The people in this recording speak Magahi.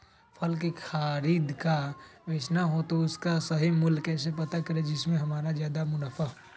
फल का खरीद का बेचना हो तो उसका सही मूल्य कैसे पता करें जिससे हमारा ज्याद मुनाफा हो?